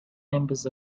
members